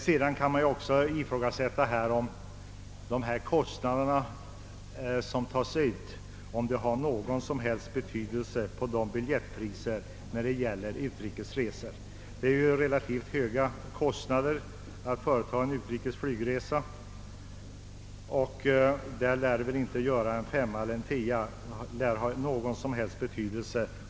Man kan också ifrågasätta om de avgifter som tas ut har någon som helst betydelse för biljettpriset när det gäller en utrikes resa. Att företa en utrikes flygresa medför ganska höga kostnader, varför varken en femma eller en tia därvidlag kan ha någon som helst betydelse.